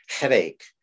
headache